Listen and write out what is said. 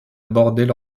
bordaient